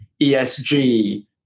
ESG